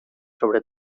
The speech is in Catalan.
sobre